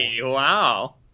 Wow